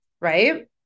Right